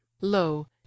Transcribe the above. lo